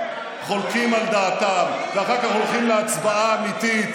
חולקים על דעתם ואחר כך הולכים להצבעה אמיתית,